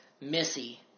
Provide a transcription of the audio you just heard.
Missy